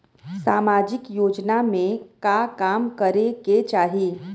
सामाजिक योजना में का काम करे के चाही?